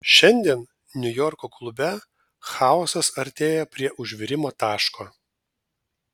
šiandien niujorko klube chaosas artėja prie užvirimo taško